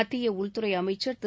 மத்திய உள்துறை அமைச்சர் திரு